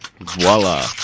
Voila